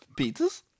Pizzas